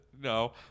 No